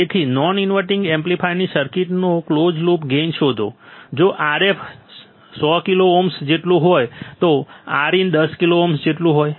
તેથી non inverting એમ્પ્લીફાયરની સર્કિટનો કલોઝ લૂપ ગેઇન શોધો જો Rf 100 કિલો ઓહ્મ જેટલું હોય તો Rin 10 કિલો ઓહ્મ જેટલું હોય